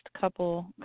couple